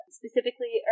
specifically